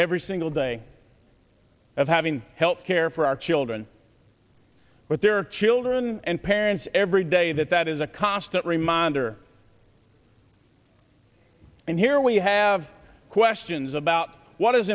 every single day of having health care for our children with their children and parents every day that that is a constant reminder and here we have questions about what is